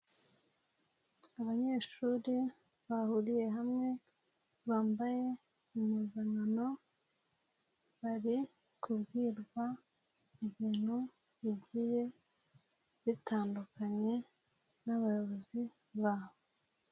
Abanyeshuri bahuriye hamwe bambaye umuzanano, bari kubwirwa ibintu bigiye bitandukanye n'abayobozi babo.